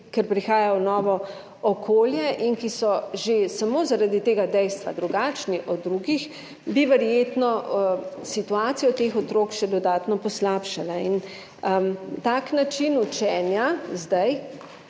ker prihajajo v novo okolje, in ki so že samo zaradi tega dejstva drugačni od drugih, bi verjetno situacijo teh otrok še dodatno poslabšala. Tak način učenja, zdaj